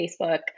Facebook